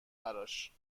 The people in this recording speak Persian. براش